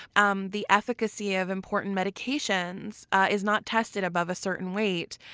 um the efficacy of important medications is not tested above a certain weight.